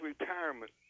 retirement